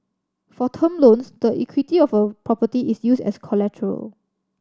for term loans the equity of a property is used as collateral